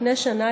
לפני שנה,